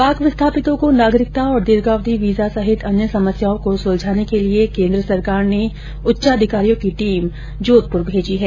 पाक विस्थापितों को नागरिकता और दीर्घावधि वीजा सहित अन्य समस्याओं को सुलझाने के लिए केंद्र सरकार ने उच्चाधिकारियों की टीम जोधपुर भेजी है